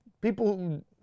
People